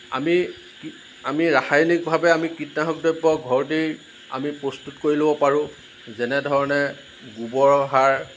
আমি কি আমি ৰাসায়নিকভাৱে আমি কীটনাশক দ্ৰব্য় ঘৰতেই আমি প্ৰস্তুত কৰি ল'ব পাৰোঁ যেনে ধৰণে গোৱৰৰ সাৰ